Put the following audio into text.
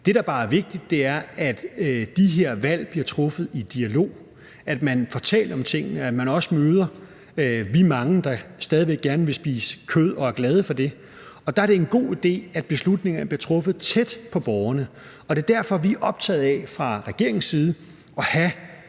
Det, der bare er vigtigt, er, at de her valg bliver truffet i dialog – at man får talt om tingene, og at man også møder alle os, der stadig væk gerne vil spise kød og er glade for det. Der er det en god idé, at beslutningerne bliver truffet tæt på borgerne, og det er derfor, vi er optaget af fra regeringens side at have